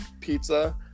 pizza